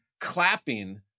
clapping